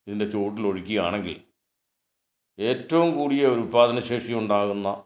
ഇതിന്റെ ചുവട്ടില് ഒഴിക്കുകയാണെങ്കിൽ ഏറ്റവും കൂടിയ ഉത്പാദനശേഷി ഉണ്ടാകുന്ന